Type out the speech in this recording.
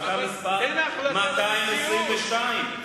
אבל אין החלטה כזאת במציאות.